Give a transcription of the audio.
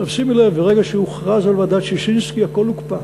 שימי לב, ברגע שהוכרז על ועדת ששינסקי הכול הוקפא.